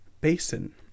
basin